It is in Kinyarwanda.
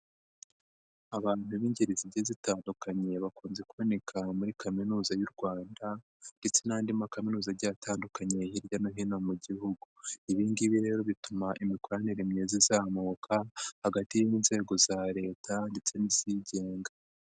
Abantu b'ingeri zigiye zitandukanye bakunze kuboneka muri Kaminuza y'u Rwanda ndetse n'andi makaminuza agiye atandukanye hirya no hino mu gihugu. Ibi ngibi rero bituma imikoranire myiza izamuka, hagati y'inzego za Leta ndetse n'izigenga.